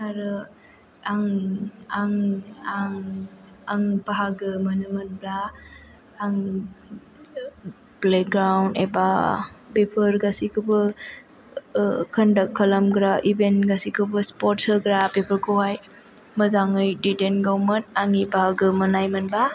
आरो आं आं बाहागो मोनो मोनब्ला आं प्लेग्राउन्ड एबा बेफोर गासिखौबो कन्डाक्ट खालामग्रा इभेन्ट गासिखौबो स्पर्टस होग्रा बेफोरखौहाय मोजाङै दैदेनगौमोन आंनि बाहागो मोननायमोनब्ला